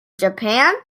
japan